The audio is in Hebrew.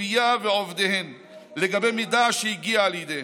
הגבייה ועובדיהן לגבי מידע שהגיע לידיהן,